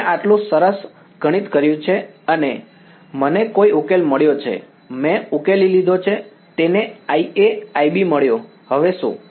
મેં આટલું સરસ ગણિત કર્યું છે મને કોઈક ઉકેલ મળ્યો છે મેં ઉકેલી લીધો છે તેને IA IB મળ્યો હવે શું